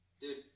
Dude